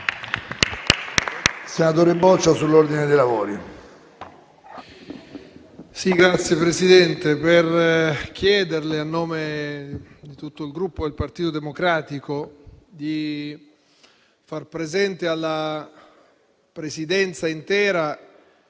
intervengo per chiedere, a nome di tutto il Gruppo Partito Democratico, di far presente alla Presidenza intera